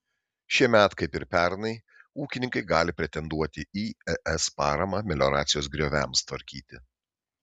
šiemet kaip ir pernai ūkininkai gali pretenduoti į es paramą melioracijos grioviams tvarkyti